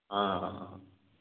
ହଁ ହଁ ହଁ